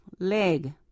leg